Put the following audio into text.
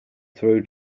through